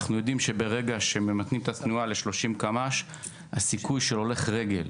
אנחנו יודעים שברגע שממתנים את התנועה ל-30 קמ"ש הסיכוי של הולך רגל